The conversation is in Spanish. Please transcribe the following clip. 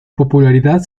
popularidad